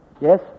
Yes